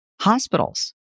hospitals